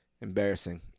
Embarrassing